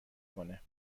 کنه